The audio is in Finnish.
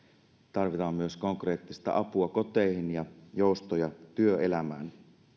tarvitaan myös konkreettista apua koteihin ja joustoja työelämään